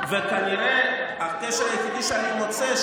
וכנראה הקשר היחידי שאני מוצא,